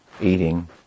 eating